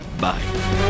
Bye